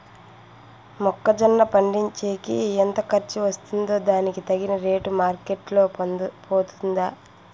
మొక్క జొన్న పండించేకి ఎంత ఖర్చు వస్తుందో దానికి తగిన రేటు మార్కెట్ లో పోతుందా?